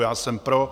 Já jsem pro.